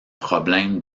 problèmes